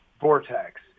vortex